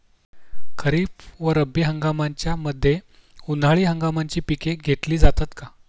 खरीप व रब्बी हंगामाच्या मध्ये उन्हाळी हंगामाची पिके घेतली जातात का?